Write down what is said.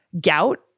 gout